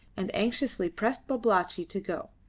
and anxiously pressed babalatchi to go,